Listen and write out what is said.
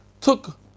took